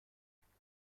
پرسیدم